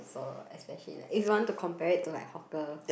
so especially like if you want to compare it to like hawker